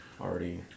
already